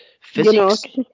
physics